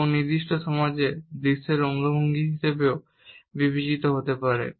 এবং এটি নির্দিষ্ট সমাজে দৃশ্যের অঙ্গভঙ্গি হিসাবেও বিবেচিত হতে পারে